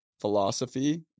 philosophy